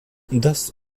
das